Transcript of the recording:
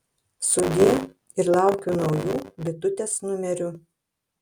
sudie ir laukiu naujų bitutės numerių